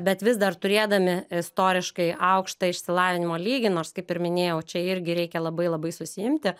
bet vis dar turėdami istoriškai aukštą išsilavinimo lygį nors kaip ir minėjau čia irgi reikia labai labai susiimti